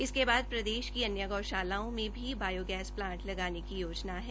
इसके बाद प्रदेश की अन्य गौशालाओं में भी बायोगैस प्लांट लगाने की योजना है